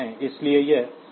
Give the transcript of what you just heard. इसलिए यह 16 bit operation है